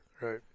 Right